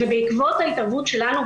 בעקבות ההתערבות שלנו,